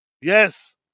Yes